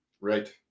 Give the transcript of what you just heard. right